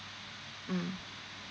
mm